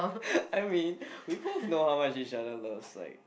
I mean we both know how much each other loves like